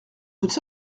toutes